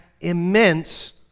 immense